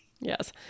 Yes